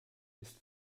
ist